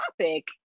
topic